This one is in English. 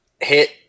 hit